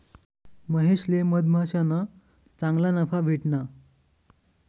महेशले मधमाश्याना चांगला नफा भेटना